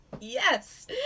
yes